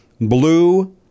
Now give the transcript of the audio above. blue